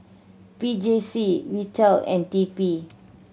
P J C Vital and T P